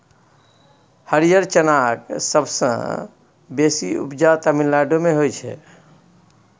हरियर चनाक सबसँ बेसी उपजा तमिलनाडु मे होइ छै